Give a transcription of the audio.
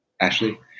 Ashley